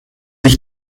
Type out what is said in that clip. ich